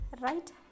right